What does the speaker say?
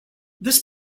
this